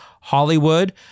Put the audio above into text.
Hollywood